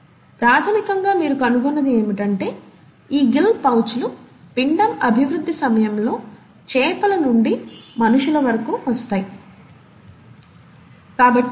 కాబట్టి ప్రాథమికంగా మీరు కనుగొన్నది ఏమిటంటే ఈ గిల్ పౌచ్ లు పిండం అభివృద్ధి సమయంలో చేపల నుండి మనుషుల వరకు ఉంటాయి